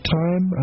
time